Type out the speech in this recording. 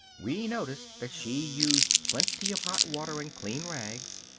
we noticed that she used plenty of hot water and clean rags,